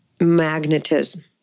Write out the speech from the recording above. magnetism